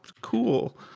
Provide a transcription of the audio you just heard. cool